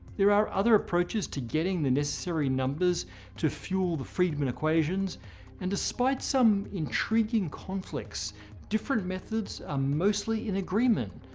there are other approaches to getting the necessary numbers to fuel the friedman equations and despite some intriguing conflicts different methods are ah mostly in agreement.